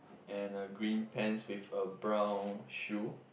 and a green pants with a brown shoe